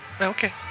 Okay